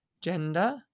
gender